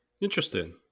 Interesting